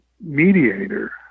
mediator